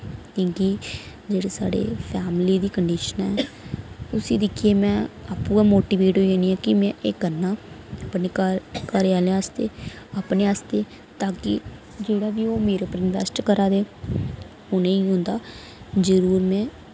की के जेह्ड़े साढ़े फैमिली दी कंडीशन ऐ उस्सी दिक्खियै में आपूं गै मोटीवेट होई जन्नी ऐ कि में एह् करना अपने घर घरै आह्ले आस्तै अपने आस्तै ताकि जेह्ड़ा बी ओह् मेरे उप्पर इन्वेस्ट करै दे उ'नें ई ओह्दा जरूर में